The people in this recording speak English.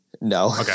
No